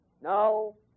No